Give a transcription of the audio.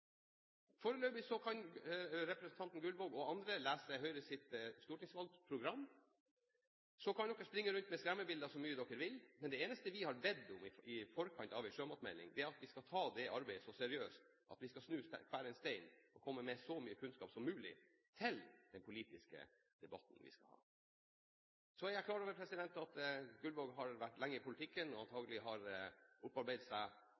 kan representanten Gullvåg og andre lese Høyres stortingsvalgprogram. Så kan dere springe rundt med skremmebilder så mye dere vil. Men det eneste vi har bedt om i forkant av en sjømatmelding, er at vi skal ta det arbeidet så seriøst at vi skal snu hver en stein og komme med så mye kunnskap som mulig til den politiske debatten vi skal ha. Så er jeg klar over at Gullvåg har vært lenge i politikken, og antakelig har opparbeidet seg